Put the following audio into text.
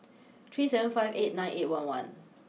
three seven five eight nine eight one one